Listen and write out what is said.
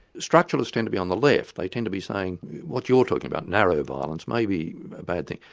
structuralists tend to be on the left. they tend to be saying what you're talking about narrow violence, may be a bad thing.